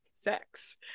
sex